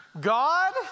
God